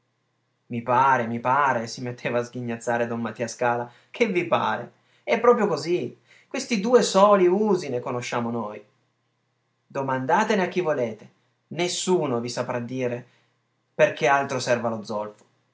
i pare mi pare si metteva a sghignazzare don mattia scala che vi pare è proprio così questi due soli usi ne conosciamo noi domandatene a chi volete nessuno vi saprà dire per che altro serva lo zolfo